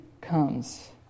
comes